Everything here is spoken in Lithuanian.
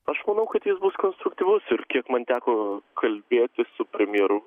aš manau kad jis bus konstruktyvus ir kiek man teko kalbėtis su premjeru